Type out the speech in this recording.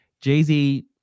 Jay-Z